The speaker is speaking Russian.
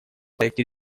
проекте